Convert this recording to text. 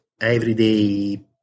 everyday